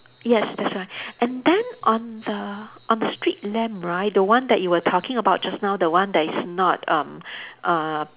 yes that's right and then on the on the street lamp right the one that you were talking about just now the one that is not um err